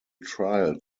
trial